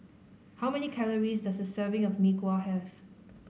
how many calories does a serving of Mee Kuah have